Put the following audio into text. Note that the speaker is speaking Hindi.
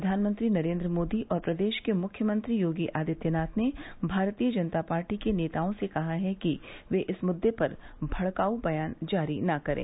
प्रधानमंत्री नरेन्द्र मोदी और प्रदेश के मुख्यमंत्री योगी आदित्यनाथ ने भारतीय जनता पार्टी के नेताओं से कहा है कि वे इस मुद्दे पर भडकाऊ बयान जारी न करें